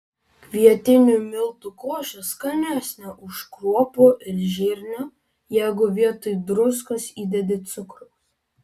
kvietinių miltų košė skanesnė už kruopų ir žirnių jeigu vietoj druskos įdedi cukraus